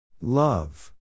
Love